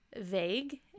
vague